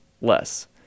less